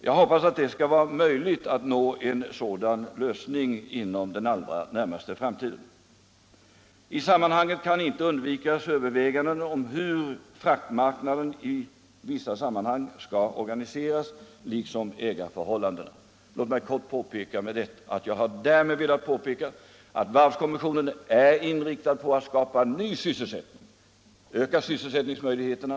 Jag hoppas att det skall vara möjligt att nå en sådan lösning inom den allra närmaste framtiden. I sammanhanget kan inte undvikas överväganden om hur fraktmarknaden i vissa sammanhang skall organiseras, liksom ägarförhållandena. Jag har med detta velat påpeka att varvskommissionen är inriktad på att skapa ny sysselsättning, att öka sysselsättningsmöjligheterna.